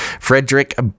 Frederick